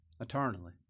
eternally